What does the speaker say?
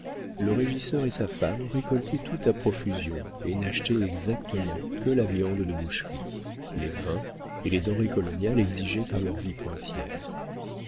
le régisseur et sa femme récoltaient tout à profusion et n'achetaient exactement que la viande de boucherie les vins et les denrées coloniales exigées par leur vie